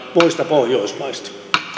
muista pohjoismaista